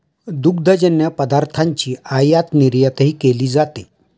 दुग्धजन्य पदार्थांची आयातनिर्यातही केली जाते